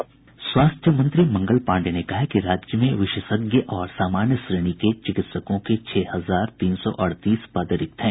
स्वास्थ्य मंत्री मंगल पांडेय ने कहा कि राज्य में विशेषज्ञ और सामान्य श्रेणी के चिकित्सकों के छह हजार तीन सौ अड़तीस पद रिक्त हैं